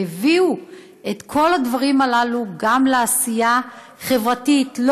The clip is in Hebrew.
והביאו את כל הדברים הללו גם לעשייה חברתית,